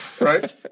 right